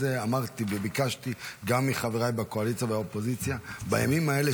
ביקשתי גם מחבריי מהקואליציה והאופוזיציה שבימים האלה,